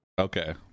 Okay